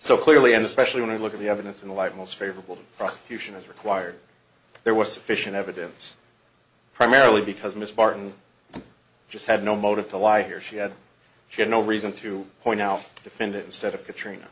so clearly and especially when i look at the evidence in the light most favorable prosecution is required there was sufficient evidence primarily because miss martin just had no motive to lie here she had she had no reason to point out the defendant instead of katrina